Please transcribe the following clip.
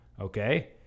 okay